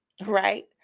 Right